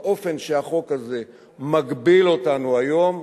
באופן שהחוק הזה מגביל אותנו היום,